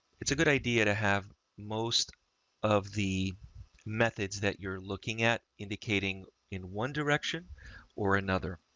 it's a good idea to have most of the methods that you're looking at indicating in one direction or another.